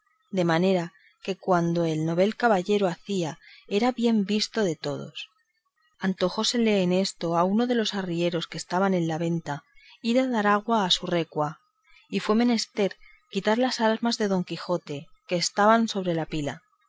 de manera que cuanto el novel caballero hacía era bien visto de todos antojósele en esto a uno de los arrieros que estaban en la venta ir a dar agua a su recua y fue menester quitar las armas de don quijote que estaban sobre la pila